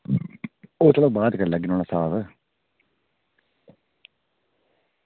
ओह् ते चलो बाद च करी लैगे नुहाड़ा स्हाब